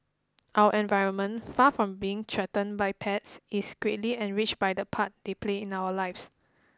our environment far from being threatened by pets is greatly enriched by the part they play in our lives